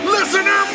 Listener